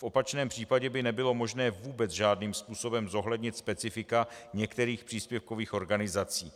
V opačném případě by nebylo možné vůbec žádným způsobem zohlednit specifika některých příspěvkových organizací.